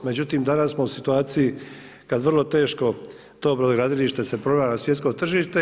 Međutim, danas smo u situaciji kada vrlo teško to brodogradilište se probija na svjetsko tržište.